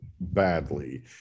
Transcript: badly